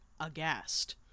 aghast